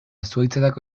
zuhaitzetako